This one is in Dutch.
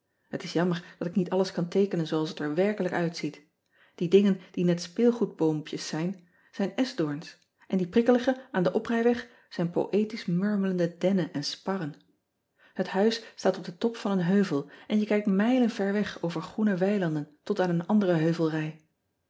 et is jammer dat ik niet alles kan teekenen zooals het er werkelijk uitziet ie dingen die niet speelgoedboom pjes zijn zijn eschdoorns en die prikkelige aan den oprijweg zijn poëtisch murmelende dennen en sparren et huis staat op den top van een heuvel en je kijkt mijlen verweg over groene weilanden tot aan een andere heuvelrij